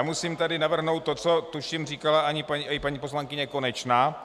Musím tady navrhnout to, co tuším říkala i paní poslankyně Konečná.